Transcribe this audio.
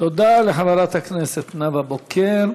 תודה לחברת הכנסת נאוה בוקר.